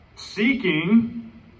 Seeking